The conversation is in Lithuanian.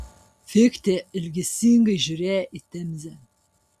fichtė ilgesingai žiūrėjo į temzę